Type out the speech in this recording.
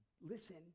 listen